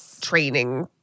training